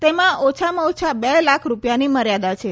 તેમાં ઓછામાં ઓછા બે લાખ રૂપિયાની મર્યાદા છે